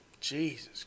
Jesus